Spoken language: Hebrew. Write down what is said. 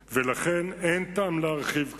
לכן, אין טעם להרחיב כאן,